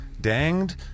danged